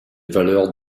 valeurs